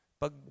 Pag